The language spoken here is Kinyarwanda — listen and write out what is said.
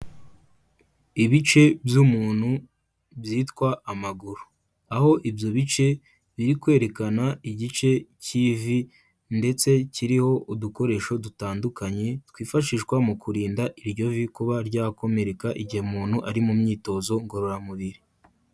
Ibice by'umuntu byitwa amaguru, aho ibyo bice biri kwerekana igice cy'ivi ndetse kiriho udukoresho dutandukanye twifashishwa mu kurinda iryo vi kuba ryakomereka igihe umuntu ari mu myitozo ngororamubiri.